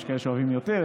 יש כאלה שאוהבים יותר,